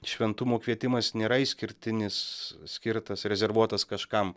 šventumo kvietimas nėra išskirtinis skirtas rezervuotas kažkam